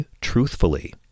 truthfully